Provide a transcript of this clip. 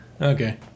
Okay